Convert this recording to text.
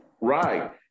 right